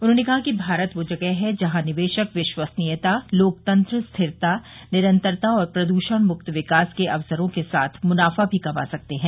उन्होंने कहा कि भारत वह जगह है जहां निवेशक विश्वसनीयता लोकतंत्र स्थिरता निरंतरता और प्रदृषण मुक्त विकास के अवसरों के साथ मुनाफा भी कमा सकते हैं